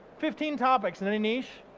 fifteen topics in any niche,